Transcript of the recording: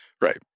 Right